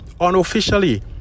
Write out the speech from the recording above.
unofficially